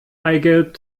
eigelb